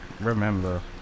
remember